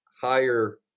higher